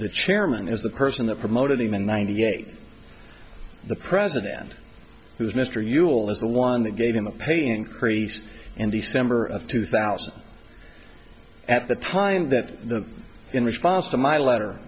the chairman is the person that promoted the man ninety eight the president who's mr you'll is the one that gave him a pay increase in december of two thousand at the time that the in response to my letter